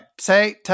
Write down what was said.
Say